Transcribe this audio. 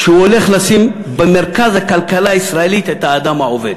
שהוא הולך לשים במרכז הכלכלה הישראלית את האדם העובד.